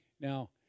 now